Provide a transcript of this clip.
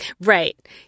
Right